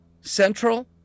Central